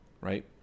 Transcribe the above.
right